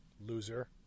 loser